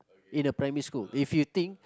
in a primary school if you think